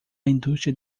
indústria